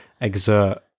exert